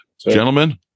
gentlemen